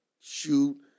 shoot